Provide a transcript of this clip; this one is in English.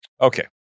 Okay